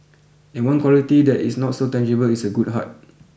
and one quality that is not so tangible is a good heart